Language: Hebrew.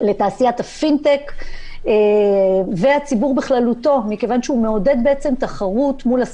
הפינטק והנכסים הווירטואליים לפעול ביתר קלות